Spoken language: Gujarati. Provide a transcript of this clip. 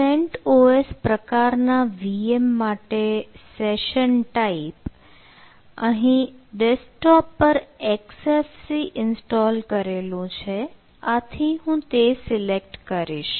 CentOS પ્રકારના VM માટે સેશન type અહીં ડેસ્કટોપ પર xfc ઇન્સ્ટોલ કરેલું છે આથી હું તે સિલેક્ટ કરીશ